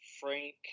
Frank